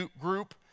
group